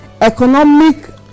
economic